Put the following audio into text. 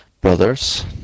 brothers